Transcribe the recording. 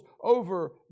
over